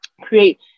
create